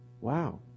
wow